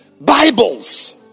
Bibles